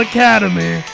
Academy